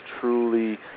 truly